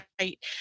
Right